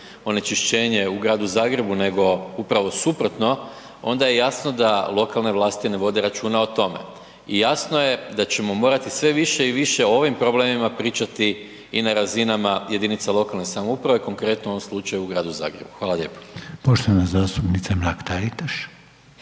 onečišćenje u Gradu Zagrebu nego upravo suprotno onda je jasno da lokalne vlasti ne vode računa o tome i jasno je da ćemo morati sve više i više o ovim problemima pričati i na razinama jedinica lokalne samouprave konkretno u ovom slučaju u Gradu Zagrebu. Hvala lijepo. **Reiner, Željko